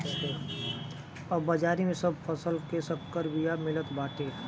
अब बाजारी में सब फसल के संकर बिया मिलत बाटे